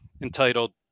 entitled